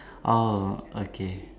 orh okay